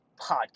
Podcast